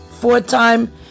four-time